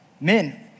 men